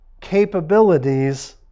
capabilities